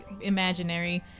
imaginary